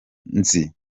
nzi